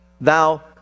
thou